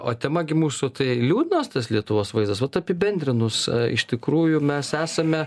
o tema gi mūsų tai liūdnas tas lietuvos vaizdas vat apibendrinus iš tikrųjų mes esame